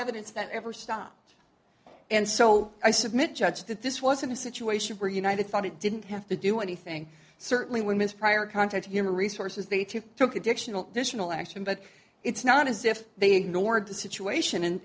evidence that ever stopped and so i submit judge that this wasn't a situation where united thought it didn't have to do anything certainly women's prior contact human resources they took took addiction this will action but it's not as if they ignored the situation and